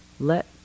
Let